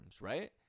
right